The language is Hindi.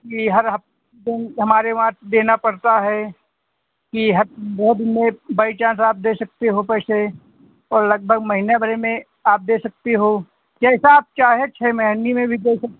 ई हर हफ़्ते में हमारे वहाँ देना पड़ता है कि हर दो दिन में बइ चांस आप दे सकते हो पैसे और लगभग महीना भरे में आप दे सकते हो जैसा आप चाहें छः महीनी में भी दे सकते